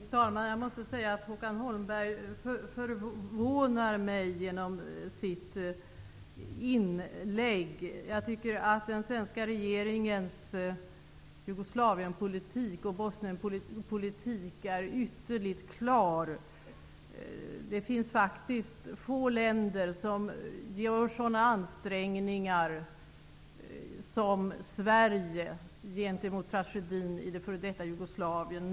Fru talman! Jag måste säga att Håkan Holmberg förvånar mig genom sitt inlägg. Jag tycker att den svenska regeringens Jugoslavienpolitik och Bosnienpolitik är ytterligt klar. Det finns faktiskt få länder som gör sådana ansträngningar som Sverige gentemot tragedin i det f.d. Jugoslavien.